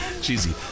cheesy